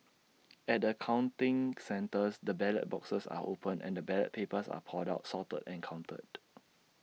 at the counting centres the ballot boxes are opened and the ballot papers are poured out sorted and counted